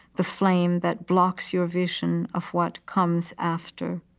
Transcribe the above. the flame that blocks your vision of what comes after.